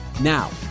Now